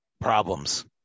problems